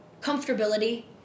comfortability